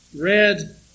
red